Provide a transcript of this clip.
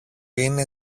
είναι